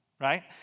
right